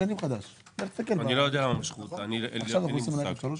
אני לא יודע למה משכו אותה אין לי מושג.